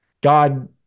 God